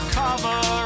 cover